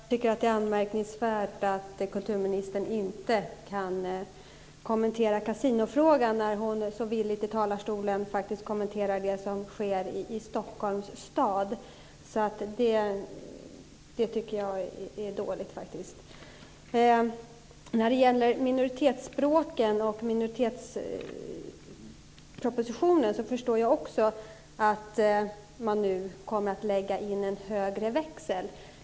Fru talman! Jag tycker att det är anmärkningsvärt att kulturministern inte kan kommentera kasinofrågan, när hon så villigt i talarstolen faktiskt kommenterar det som sker i Stockholms stad. Det tycker jag är dåligt. När det gäller minoritetsspråken och minoritetspropositionen förstår jag också att man nu kommer att lägga in en högre växel.